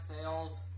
sales